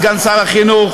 סגן שר החינוך,